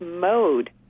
mode